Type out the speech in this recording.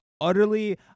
utterly